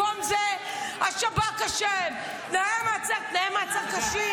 --- במקום זה, השב"כ אשם, תנאי המעצר קשים.